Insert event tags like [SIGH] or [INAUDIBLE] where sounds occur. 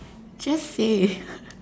just say [LAUGHS]